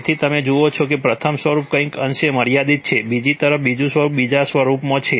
તેથી તમે જુઓ છો કે પ્રથમ સ્વરૂપ કંઈક અંશે મર્યાદિત છે બીજી તરફ બીજું સ્વરૂપ બીજા સ્વરૂપમાં છે